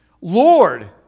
Lord